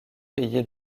payé